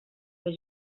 fer